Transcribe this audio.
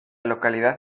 localidad